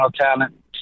talent